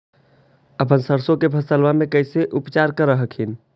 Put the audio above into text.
अपन सरसो के फसल्बा मे कैसे उपचार कर हखिन?